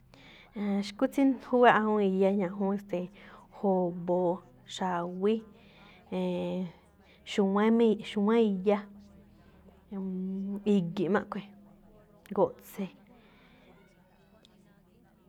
E̱e̱n, xkú tsí júwa̱ꞌ awúun iya ñajúún, e̱ste̱e̱ jo̱bo, xa̱wí, e̱e̱n, xu̱wán mée xúwa̱n iya, mm i̱gi̱ꞌ máꞌ a̱ꞌkhue̱n, ngo̱ꞌtse̱.